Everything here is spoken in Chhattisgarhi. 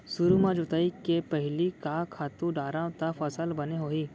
सुरु म जोताई के पहिली का खातू डारव त फसल बने होही?